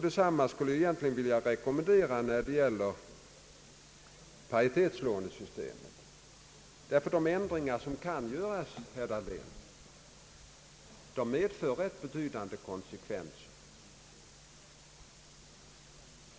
Detsamma skulle jag egentligen vilja rekommendera när det gäller paritetslånesystemet. De ändringar som kan göras, herr Dahlén, medför betydande konsekvenser.